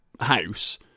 house